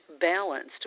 balanced